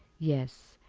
yes,